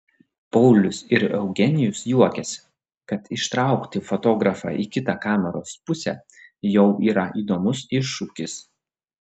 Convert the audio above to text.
paulius ir eugenijus juokiasi kad ištraukti fotografą į kitą kameros pusę jau yra įdomus iššūkis